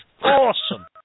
awesome